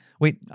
wait